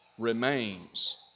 remains